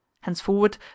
Henceforward